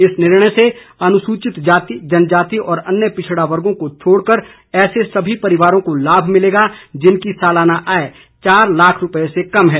इस निर्णय से अनुसूचित जाति जनजाति और अन्य पिछड़ा वर्गों को छोडकर ऐसे सभी परिवारों को लाभ मिलेगा जिनकी सालाना आय चार लाख रूपए से कम है